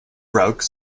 broke